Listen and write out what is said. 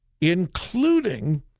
including